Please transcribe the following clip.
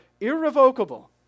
irrevocable